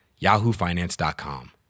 yahoofinance.com